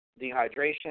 dehydration